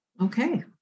Okay